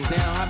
Now